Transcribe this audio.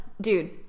dude